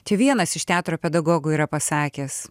čia vienas iš teatro pedagogų yra pasakęs